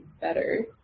better